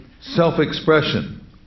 self-expression